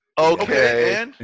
okay